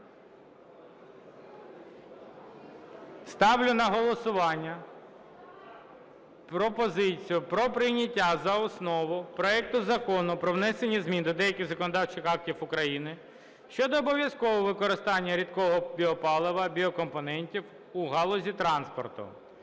Ставлю на голосування пропозицію про прийняття за основу проект Закону про внесення змін до деяких законодавчих актів України щодо обов'язковості використання рідкого біопалива (біокомпонентів) у галузі транспорту